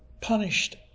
punished